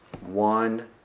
one